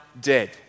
dead